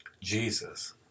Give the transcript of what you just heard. Jesus